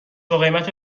باقیمت